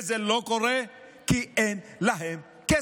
זה לא קורה כי אין להם כסף.